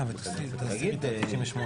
תירגעו.